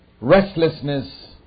restlessness